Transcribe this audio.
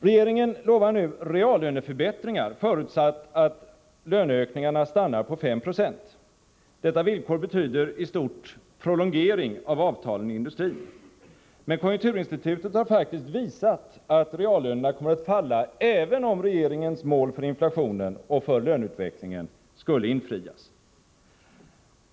Regeringen lovar nu reallöneförbättringar, förutsatt att löneökningarna stannar på 5 96. Detta villkor betyder i stort en prolongering av avtalen i industrin. Men konjunkturinstitutet har faktiskt visat att reallönerna kommer att falla, även om regeringens mål för inflationen och löneutvecklingen skulle infrias.